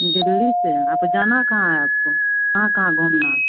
दिल्ली से यहाँ पर जाना कहाँ है आपको कहाँ कहाँ घूमना है